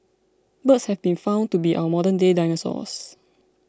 birds have been found to be our modernday dinosaurs